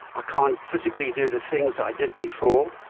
i can't physically do the things i did before.